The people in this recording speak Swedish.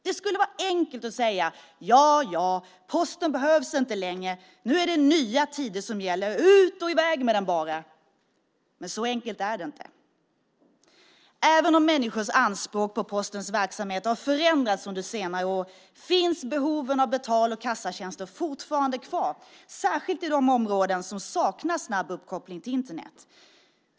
Det skulle vara enkelt att säga: Jaja, Posten behövs inte längre. Nu är det nya tider som gäller, ut och i väg med den bara! Men så enkelt är det inte. Även om människors anspråk på Postens verksamheter har förändrats under senare år finns behoven av betal och kassatjänster fortfarande kvar, särskilt i de områden som saknar snabb uppkoppling till Internet.